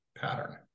pattern